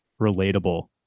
relatable